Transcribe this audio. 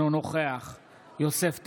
אינו נוכח יוסף טייב,